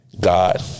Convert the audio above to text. God